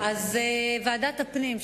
אז בוועדת הפנים,